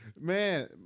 Man